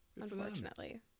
unfortunately